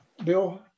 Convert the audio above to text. Bill